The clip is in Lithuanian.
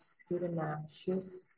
skiriame šis